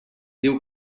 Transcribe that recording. diu